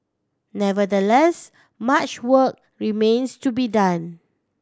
nevertheless much work remains to be done